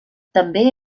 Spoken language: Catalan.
també